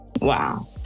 Wow